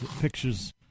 pictures